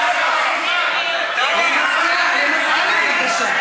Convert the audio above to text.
למזכירה, בבקשה.